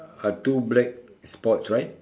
are two black spots right